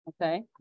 okay